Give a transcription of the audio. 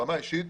ברמה האישית.